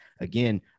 Again